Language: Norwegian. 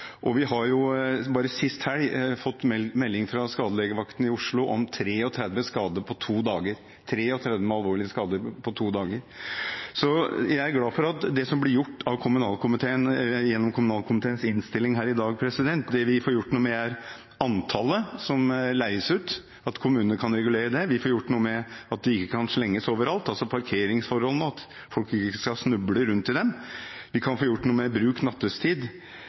Vi har bare sist helg fått en melding fra skadelegevakten i Oslo om 33 skader på to dager – 33 med alvorlige skader på to dager. Jeg er glad for det som blir gjort gjennom kommunalkomiteens innstilling i dag. Vi får gjort noe med antallet som leies ut, at kommunene kan regulere det. Vi får gjort noe med at de ikke kan slenges overalt, altså parkeringsforholdene, og at folk ikke skal snuble i dem. Vi kan få gjort noe med bruken nattestid.